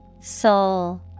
Soul